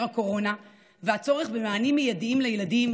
הקורונה והצורך במענים מיידיים לילדים,